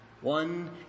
one